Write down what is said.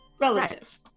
Relative